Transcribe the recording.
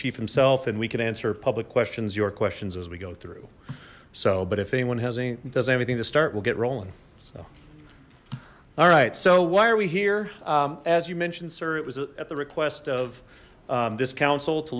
chief himself and we can answer public questions your questions as we go through so but if anyone has any doesn't anything to start we'll get rolling so all right so why are we here as you mentioned sir it was at the request of this council to